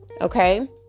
Okay